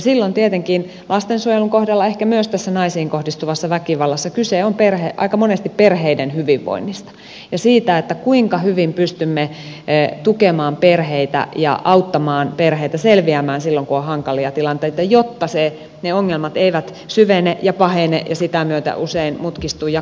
silloin tietenkin lastensuojelun kohdalla ehkä myös tässä naisiin kohdistuvassa väkivallassa kyse on aika monesti perheiden hyvinvoinnista ja siitä kuinka hyvin pystymme tukemaan perheitä ja auttamaan perheitä selviämään silloin kun on hankalia tilanteita jotta ne ongelmat eivät syvene ja pahene ja sitä myötä usein mutkistu ja kallistu